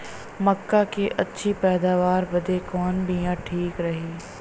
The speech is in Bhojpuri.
मक्का क अच्छी पैदावार बदे कवन बिया ठीक रही?